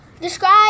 describe